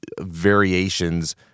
variations